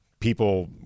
people